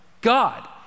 God